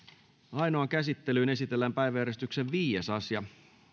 ainoaan käsittelyyn esitellään päiväjärjestyksen viides asia